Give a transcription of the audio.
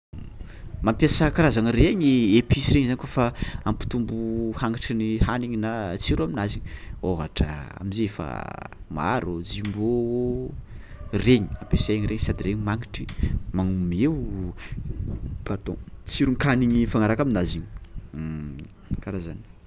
Mampiasa karazagna regny episy kôfa hampitombo hangitry ny hanigna na tsiro aminazy ôhatra, amzio fa maro jumbo regny ampiasaigny sady regny mangitry magnome o pardon, tsironkanigny mifgnaraka aminazy io, kara zany.